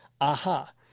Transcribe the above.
aha